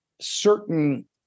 certain